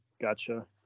gotcha